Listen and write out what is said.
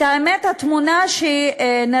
והאמת, התמונה שנראית,